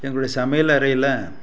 எங்களுடைய சமையல் அறையில்